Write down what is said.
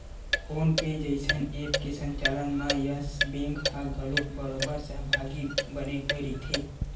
phone पे जइसन app के संचालन म यस बेंक ह घलोक बरोबर सहभागी बने होय रहिथे